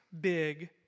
big